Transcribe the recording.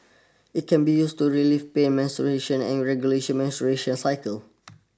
it can be used to relieve pain menstruation and regulate menstruation cycle